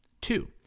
Two